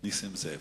נסים זאב.